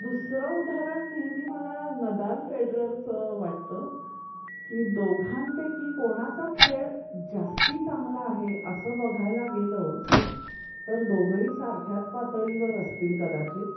दुसरं उदाहरण नेहमी मला नदाल फेडररचं वाटतं की दोघांपैकी कोणाचा खेळ जास्त चांगला आहे असं बघायला गेलं तर दोघंही सारख्याच पातळीवर असतील कदाचित